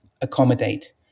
accommodate